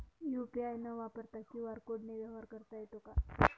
UPI न वापरता QR कोडने व्यवहार करता येतो का?